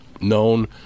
known